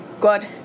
God